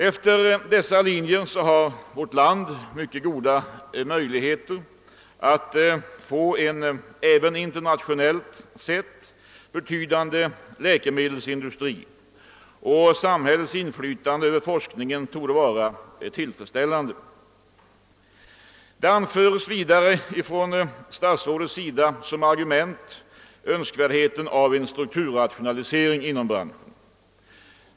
Efter dessa linjer har vårt land mycket goda möjligheter att få en även internationellt sett betydande läkemedelsindustri, och samhällets inflytande över forskningen torde vara tillfredsställande. Statsrådet anför som ett ytterligare argument önskvärdheten av en strukturrationalisering inom branschen.